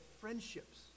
friendships